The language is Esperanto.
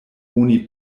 oni